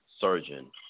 surgeon